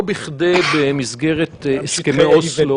לא בכדי במסגרת הסכמי אוסלו --- גם שטחי A